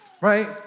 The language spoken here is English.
right